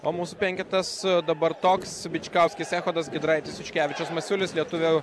o mūsų penketas dabar toks bičkauskis echodas giedraitis juškevičius masiulis lietuvių